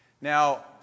Now